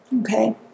Okay